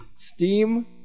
Steam